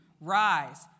rise